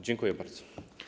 Dziękuję bardzo.